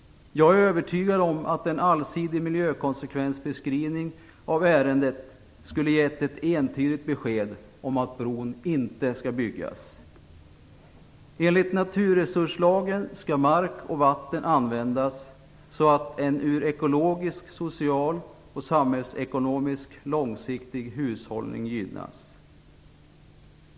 Jag är övertygad om att en allsidig miljökonsekvensbeskrivning av ärendet skulle givit ett entydigt besked om att bron inte skall byggas. Enligt naturresurslagen skall mark och vatten användas så att en ekologisk, social och samhällsekonomisk långsiktig hushållning gynnas.